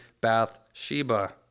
Bathsheba